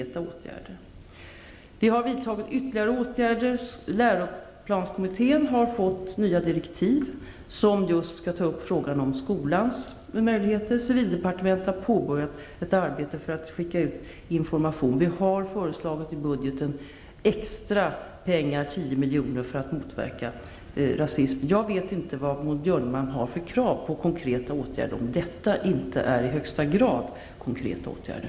Vi har vidtagit ytterligare åtgärder. Läroplanskommittén har fått nya direktiv, som just skall ta upp frågan om skolans möjligheter. Civildepartementet har påbörjat ett arbete för att skicka ut information. Vi har i budgeten föreslagit extra pengar, 10 milj.kr., för att motverka rasism. Jag vet inte vilka krav Maud Björnemalm har på konkreta åtgärder, om detta inte är i högsta grad konkreta åtgärder.